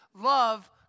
love